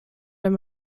wenn